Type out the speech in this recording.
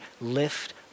lift